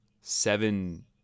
seven